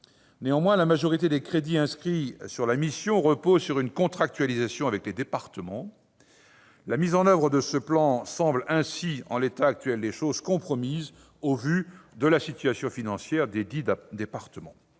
Néanmoins, la majorité des crédits inscrits au titre de la mission reposent sur une contractualisation avec les départements. La mise en oeuvre de ce plan semble ainsi, en l'état actuel des choses, compromise au vu de la situation financière des départements.